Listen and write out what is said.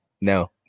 no